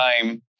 time